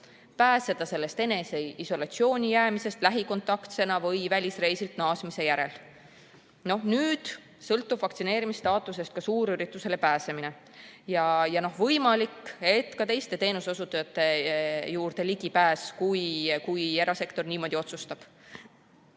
pääseda sellest eneseisolatsiooni jäämisest lähikontaktsena või välisreisilt naasmise järel. Nüüd sõltub vaktsineerimisstaatusest ka suurüritustele pääsemine ja võimalik, et ka teiste teenuseosutajate juurde pääsemine, kui erasektor niimoodi otsustab.